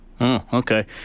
Okay